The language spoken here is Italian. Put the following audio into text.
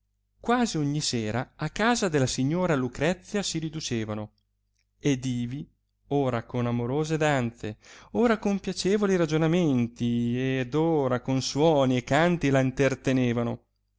quasi ogni sera a casa della signora lucrezia si riducevano ed ivi ora con amorose danze ora con piacevoli ragionamenti ed ora con suoni e canti la intertenevano